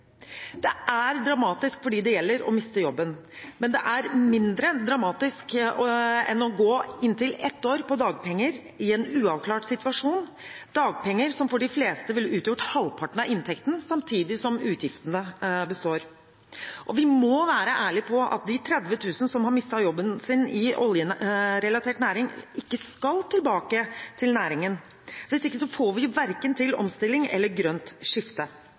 Det er dramatisk for dem det gjelder, å miste jobben, men det er mindre dramatisk enn å gå inntil ett år på dagpenger i en uavklart situasjon – dagpenger som for de fleste ville utgjort halvparten av inntekten, samtidig som utgiftene består. Vi må være ærlige om at de 30 000 som har mistet jobben i oljerelatert næring, ikke skal tilbake til næringen. Hvis ikke får vi verken til omstilling eller grønt skifte.